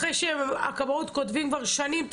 זאת אחרי שכבר שנים הכבאות כותבים תקנות